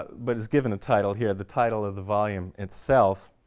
but is given a title here the title of the volume itself